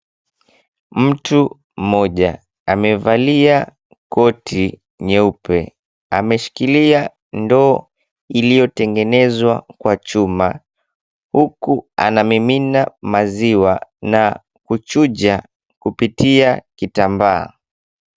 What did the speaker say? Mtu mmoja amevalia koti nyeupe, ameshikilia ndoo iliyotengenezwa kwa chuma huku anamimina maziwa na kuchuja kupitia kitambaa.